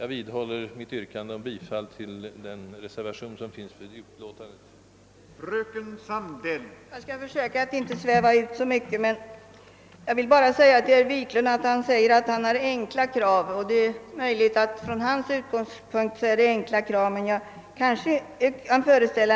Jag vidhåller mitt yrkande om bifall till reservationen vid utskottets hemställan under B.